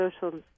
social